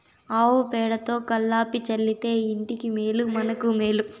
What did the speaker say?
ఆవు పేడతో కళ్లాపి చల్లితే ఇంటికి మేలు మనకు మేలు